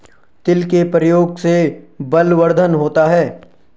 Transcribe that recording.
तिल के प्रयोग से बलवर्धन होता है